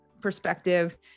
perspective